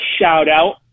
shout-out